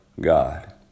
god